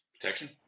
Protection